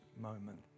moment